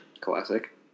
classic